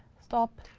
stop.